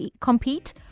compete